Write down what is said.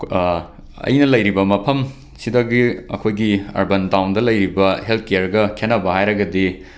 ꯈ ꯑꯩꯅ ꯂꯩꯔꯤꯕ ꯃꯐꯝ ꯁꯤꯗꯒꯤ ꯑꯩꯈꯣꯏꯒꯤ ꯑꯔꯕꯟ ꯇꯥꯎꯟꯗ ꯂꯩꯔꯤꯕ ꯍꯦꯜꯠ ꯀꯦꯔꯒ ꯈꯦꯠꯅꯕ ꯍꯥꯏꯔꯒꯗꯤ